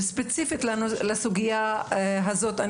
ספציפית בנוגע לסוגייה הזאת,